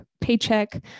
paycheck